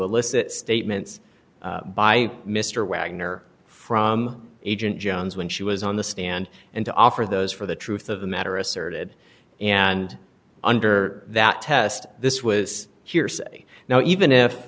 elicit statements by mr wagner from agent jones when she was on the stand and to offer those for the truth of the matter asserted and under that test this was hearsay now even